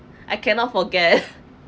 I cannot forget